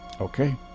Okay